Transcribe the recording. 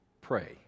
pray